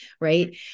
Right